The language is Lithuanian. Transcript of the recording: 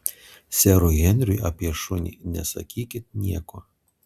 serui henriui apie šunį nesakykit nieko